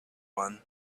one